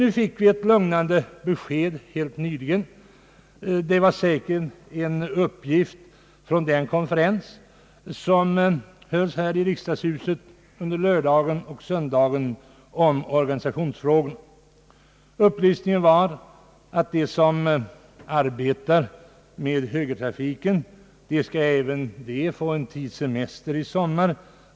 Vi fick ett lugnande besked helt nyligen. Det var säkert en uppgift från den konferens som hölls här i riksdagshuset sistförlidna lördag och söndag om organisationsfrågor. Upplysningen innebar att även de som arbetar med förberedelserna till högertrafiken skall få en tids semester i sommar.